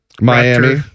Miami